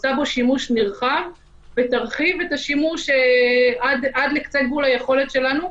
עושה בו שימוש נרחב ותרחיב את השימוש עד לקצה גבול היכולת שלנו,